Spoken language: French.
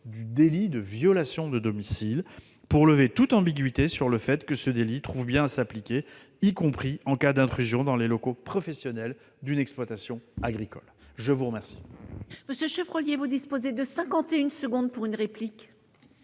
du délit de violation de domicile pour lever toute ambiguïté sur le fait que ce délit trouve bien à s'appliquer, y compris en cas d'intrusion dans les locaux professionnels d'une exploitation agricole. La parole est à M. Guillaume Chevrollier, pour la réplique.